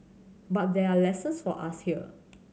but there are lessons for us here